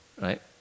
right